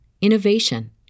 innovation